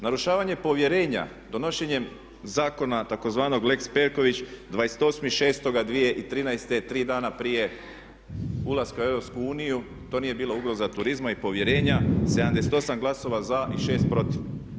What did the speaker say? Narušavanjem problema donošenjem zakona tzv. lex Perković 28.06.2013. tri dana prije ulaska u EU to nije bila ugroza turizma i povjerenja, 78 glasova za i 6 protiv.